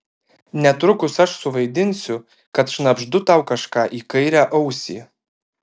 netrukus aš suvaidinsiu kad šnabždu tau kažką į kairę ausį